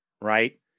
right